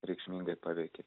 reikšmingai paveikė